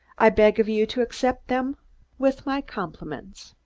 i beg of you to accept them with my compliments.